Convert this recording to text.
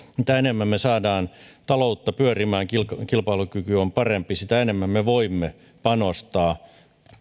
mitä enemmän me saamme taloutta pyörimään ja mitä parempi on kilpailukyky sitä enemmän me voimme panostaa